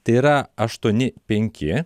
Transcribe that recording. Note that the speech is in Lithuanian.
tai yra aštuoni penki